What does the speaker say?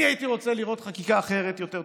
אני הייתי רוצה לראות חקיקה אחרת, יותר טובה,